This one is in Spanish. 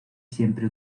siempre